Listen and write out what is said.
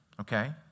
okay